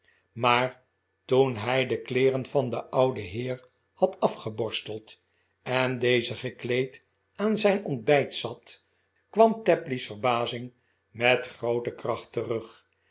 maar toen hij de kleeren van den ouden heer had afgeborsteld en deze gekleed aan zijn ontbijt zat kwam tapley's verbazing met groote kracht terug